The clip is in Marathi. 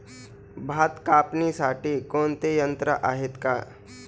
भात कापणीसाठी कोणते यंत्र आहेत का?